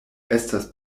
estas